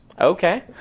Okay